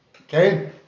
okay